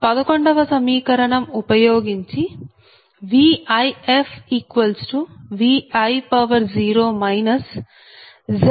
11 వ సమీకరణం ఉపయోగించి VifVi0 ZirZrrZfVr0